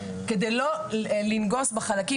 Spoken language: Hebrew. כדי לא לנגוס בחלקים,